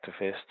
activist